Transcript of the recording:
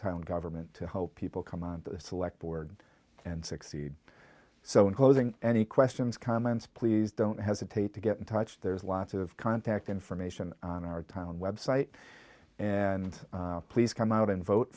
town government to hope people come and select board and succeed so in closing any questions comments please don't hesitate to get in touch there's lots of contact information on our town website and please come out and vote